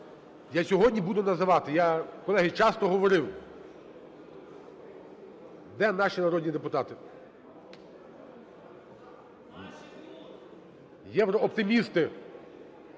Я сьогодні буду називати. Я, колеги, часто говорив, де наші народні депутати? Єврооптимісти.